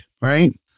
right